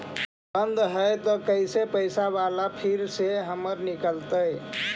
बन्द हैं त कैसे पैसा बाला फिर से हमर निकलतय?